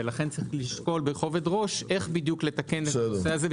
ולכן יש לשקול בכובד ראש איך לתקן בדיוק את הנושא הזה.